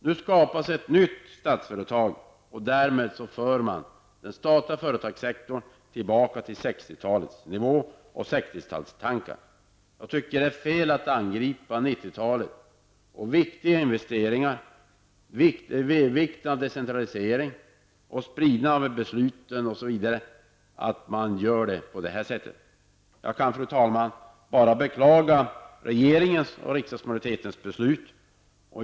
Nu skapas ett nytt statsföretag. Därmed för man den statliga industrisektorn tillbaka till 60-talets nivå och 60-talets tankar. Jag tycker att det är fel att angripa 90 talets viktiga investeringar, decentraliseringen och spridningen av besluten på det här sättet. Jag kan, fru talman, bara beklaga regeringens och riksdagsmajoritetens beslut.